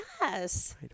Yes